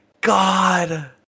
god